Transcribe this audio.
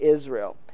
Israel